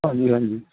ਹਾਂਜੀ ਹਾਂਜੀ